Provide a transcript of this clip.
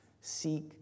Seek